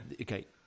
okay